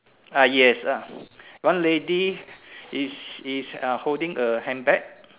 ah yes uh one lady is is uh holding a handbag